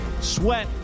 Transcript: Sweat